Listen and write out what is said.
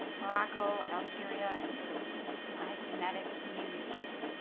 morocco, algeria, and italy. my genetic communities.